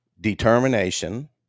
determination